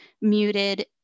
muted